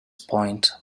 point